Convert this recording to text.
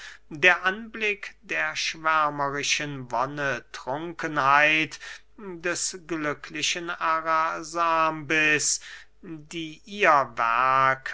der anblick der schwärmerischen wonnetrunkenheit des glücklichen arasambes die ihr werk